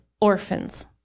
orphans